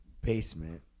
basement